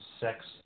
sex